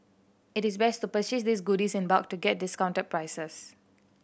it is best to purchase these goodies in bulk to get discounted prices